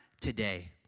today